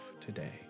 today